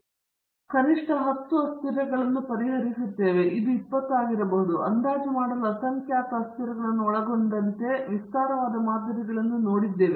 ಆದರೆ ಇಲ್ಲಿ ಕಾಣುತ್ತದೆ ನಾವು ಕನಿಷ್ಠ 10 ಅಸ್ಥಿರಗಳನ್ನು ಪರಿಹರಿಸುತ್ತೇವೆ ಅದು 20 ಆಗಿರಬಹುದು ಅಂದಾಜು ಮಾಡಲು ಅಸಂಖ್ಯಾತ ಅಸ್ಥಿರಗಳನ್ನು ಒಳಗೊಂಡಂತೆ ನಾನು ವಿಸ್ತಾರವಾದ ಮಾದರಿಗಳನ್ನು ನೋಡಿದ್ದೇನೆ